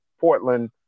Portland